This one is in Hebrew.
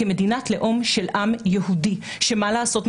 כמדינת לאום של עם יהודי ומה לעשות,